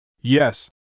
yes